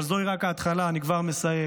אבל זוהי רק ההתחלה, אני כבר מסיים.